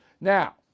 Now